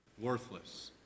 Worthless